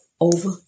over